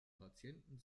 patienten